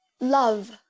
love